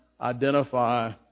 identify